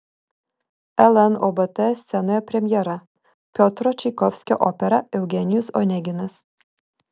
lnobt scenoje premjera piotro čaikovskio opera eugenijus oneginas